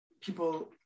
people